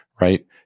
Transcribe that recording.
right